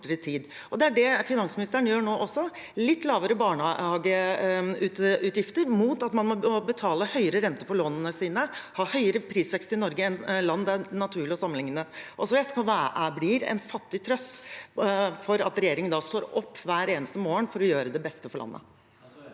Det er det finansministeren gjør nå også – litt lavere barnehageutgifter mot at man må betale høyere rente på lånene sine og ha en høyere prisvekst i Norge enn i land det er naturlig å sammenligne oss med. Det blir en fattig trøst at regjeringen står opp hver eneste morgen for å gjøre det beste for landet.